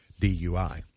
DUI